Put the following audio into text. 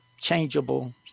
changeable